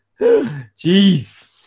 jeez